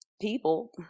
people